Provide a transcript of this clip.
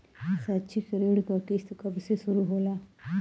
शैक्षिक ऋण क किस्त कब से शुरू होला?